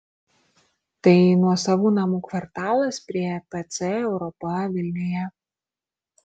tai nuosavų namų kvartalas prie pc europa vilniuje